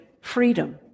freedom